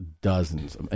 dozens